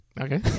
Okay